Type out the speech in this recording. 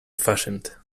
fashioned